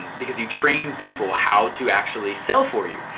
because you train people how to actually sell for you.